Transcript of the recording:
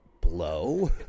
blow